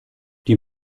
die